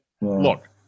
look